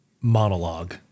monologue